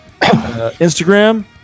Instagram